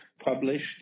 published